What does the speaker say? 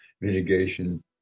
mitigation